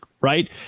right